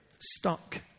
stuck